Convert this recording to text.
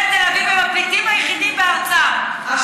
את